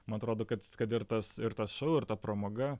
man atrodo kad kad ir tas ir tas šou ir ta pramoga